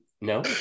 No